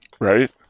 right